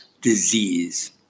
disease